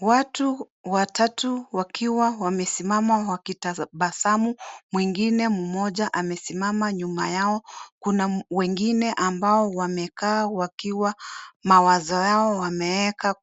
Watu watatu wakiwa wamesimama wakitabasamu, mwingine mmoja amesimama nyuma yao, kuna wengine ambao wamekaa wakiwa mawazo Yao wameeka